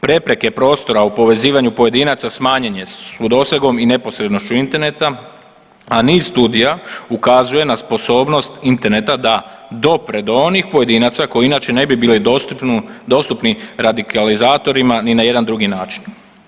Prepreke prostora u povezivanju pojedinaca smanjene su dosegom i neposrednošću interneta, a niz studija ukazuje na sposobnost interneta da dopre do onih pojedinaca koji inače ne bi bili dostupni radikalizatorima ni na jedan drugi način.